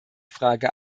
frage